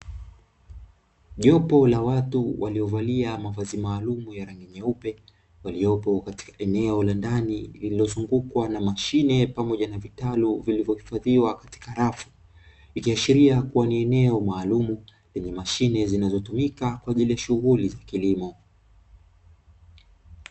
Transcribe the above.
Jopo la watu waliovalia mavazi maalumu ya rangi nyeupe waliopo katika eneo la ndani lililozungukwa na mashine pamoja na vitalu vilivyohifadhiwa katika rafu, ikiashiria kuwa ni eneo maalumu lenye mashine zinazotumika kwa ajili ya shughuli za kilimo.